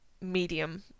medium